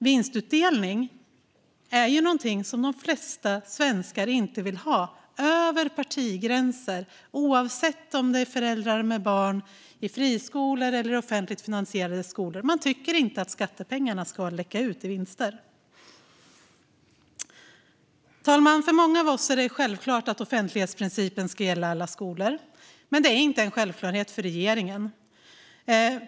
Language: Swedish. Vinstutdelning är någonting som de flesta svenskar inte vill ha, över partigränser och oavsett om det är föräldrar med barn i friskolor eller i offentligt finansierade skolor. Man tycker inte att skattepengarna ska läcka ut i vinster. Fru talman! För många av oss är det självklart att offentlighetsprincipen ska gälla alla skolor, men det är inte en självklarhet för regeringen.